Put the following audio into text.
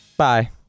Bye